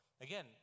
again